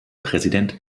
präsident